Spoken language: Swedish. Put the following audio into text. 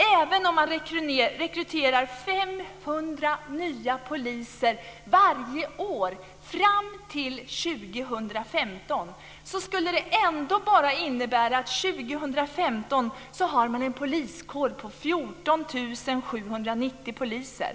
Även om man rekryterar 500 nya poliser varje år fram till 2015, skulle det ändå innebära att det 2015 finns en poliskår på bara 14 790 poliser.